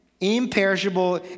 imperishable